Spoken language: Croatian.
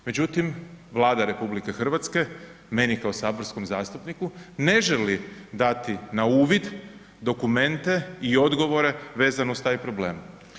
Međutim, Vlada RH, meni kao saborskom zastupniku, ne želi dati na uvid dokumente i odgovore vezano uz taj problem.